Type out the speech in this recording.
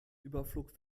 überflog